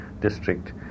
district